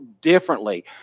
differently